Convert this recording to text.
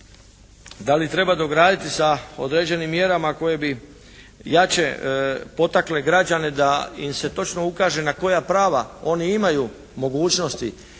da li treba dograditi sa određenim mjerama koje bi jače potakle građane da im se točno ukaže na koja prava oni imaju mogućnosti